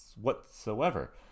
whatsoever